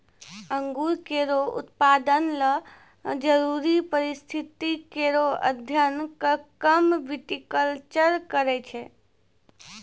अंगूर केरो उत्पादन ल जरूरी परिस्थिति केरो अध्ययन क काम विटिकलचर करै छै